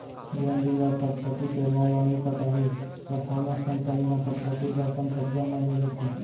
जेन भी ह फटफटी के लोन ल नइ पटाही त फायनेंस कंपनी ह फटफटी ल अपन कब्जा म ले लेथे